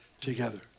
together